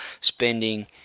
spending